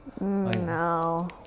No